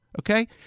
okay